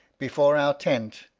before our tent,